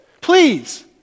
please